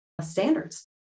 standards